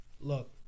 Look